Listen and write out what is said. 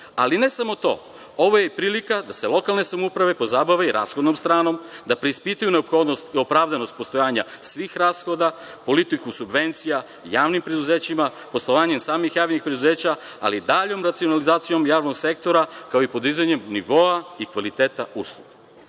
Ali, ne samo to, ovo je i prilika da se lokalne samouprave pozabave i rashodnom stranom, da preispitaju neophodnost i opravdanost postojanja svih rashoda, politiku subvencija javnim preduzećima, poslovanje samih javnih preduzeća, ali i daljom racionalizacijom javnog sektora, kao i podizanjem nivoa i kvaliteta usluga. Što